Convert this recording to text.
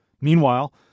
Meanwhile